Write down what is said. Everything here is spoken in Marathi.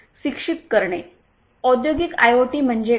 औद्योगिक आयओटी म्हणजे काय